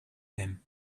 them